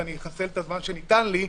כי אני אחסל את הזמן שניתן לי,